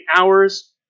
hours